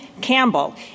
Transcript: Campbell